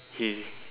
his